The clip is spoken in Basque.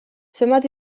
zenbat